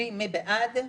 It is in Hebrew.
מי בעד?